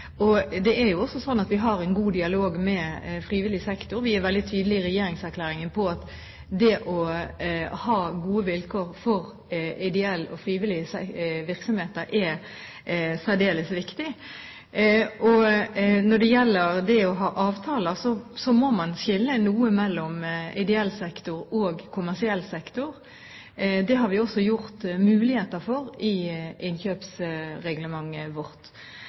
mulig. Det er jo også slik at vi har en god dialog med frivillig sektor. Vi er veldig tydelige i regjeringserklæringen på at det er særdeles viktig å ha gode vilkår for ideelle og frivillige virksomheter. Når det gjelder det å ha avtaler, må man skille noe mellom ideell sektor og kommersiell sektor. Det har vi også muligheter for i innkjøpsreglementet vårt.